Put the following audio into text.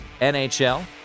NHL